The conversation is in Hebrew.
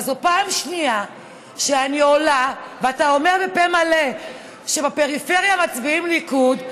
אבל זו פעם שנייה שאני עולה ואתה אומר בפה מלא שבפריפריה מצביעים ליכוד.